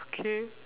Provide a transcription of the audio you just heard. okay